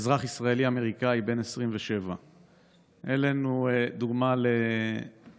אזרח ישראלי אמריקני בן 27. אילן הוא דוגמה לקשר